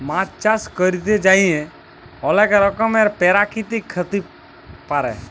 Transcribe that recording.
মাছ চাষ ক্যরতে যাঁয়ে অলেক রকমের পেরাকিতিক ক্ষতি পারে